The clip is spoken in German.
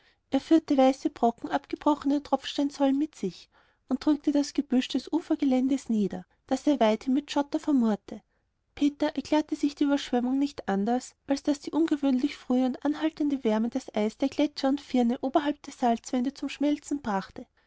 er führte weiße brocken abgebrochener tropfsteinsäulen mit sich und drückte das gebüsch des ufergeländes nieder das er weithin mit schotter vermurte peter erklärte sich die überschwemmung nicht anders als daß die ungewöhnlich frühe und anhaltende wärme das eis der gletscher und firne oberhalb der salzwände zum schmelzen brachte